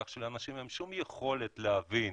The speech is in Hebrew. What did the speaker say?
כך שלאנשים אין כל יכולת להבין